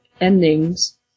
endings